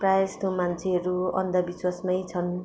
प्राय जस्तो मान्छेहरू अन्धविश्वासमै छन्